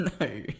no